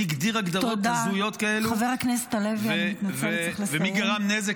מי הגדיר הגדרות הזויות כאלה ומי גרם נזק